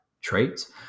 traits